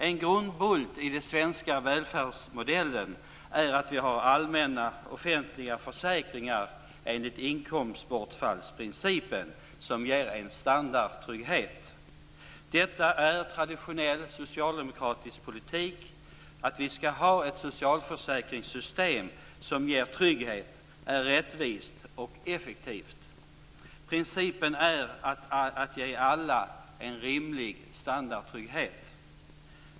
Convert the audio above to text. En grundbult i den svenska välfärdsmodellen är att vi har allmänna, offentliga försäkringar enligt inkomstbortfallsprincipen, som ger en standardtrygghet. Detta är traditionell socialdemokratisk politik. Vi skall ha ett socialförsäkringssystem som ger trygghet, som är rättvist och som är effektivt. Principen är att ge alla en rimlig standardtrygghet.